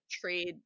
trade